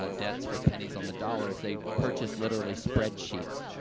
ah debts for pennies on the dollar is, they purchase, literally, spreadsheets,